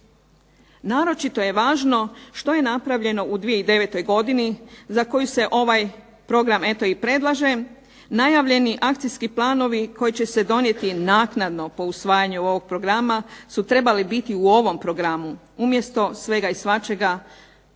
Naročito je važno što je napravljeno u 2009. godini za koji se ovaj program predlaže. Najavljeni akcijski planovi koji će se donijeti naknadno po usvajanju ovog programa su trebali biti u ovom programu, umjesto svega i svačega načela kao